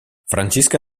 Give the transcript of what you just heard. francesca